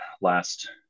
last